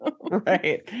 Right